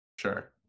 sure